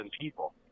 people